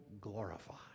glorified